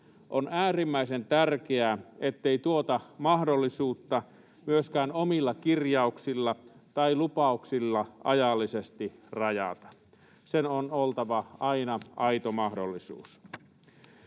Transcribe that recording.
On äärimmäisen tärkeää, ettei tuota mahdollisuutta myöskään omilla kirjauksilla tai lupauksilla ajallisesti rajata. Sen on oltava aina aito mahdollisuus.